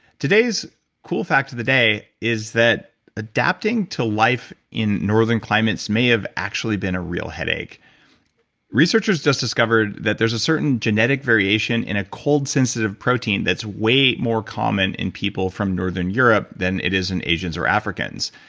today's cool fact of the day is that adapting to life in northern climates may have actually been a real headache researchers just discovered that there's a certain genetic variation in a cold sensitive protein that's way more common in people from northern europe than it is in asians or africans,